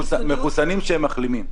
מחוסנים שהם מחלימים.